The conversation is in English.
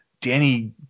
Danny